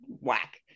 whack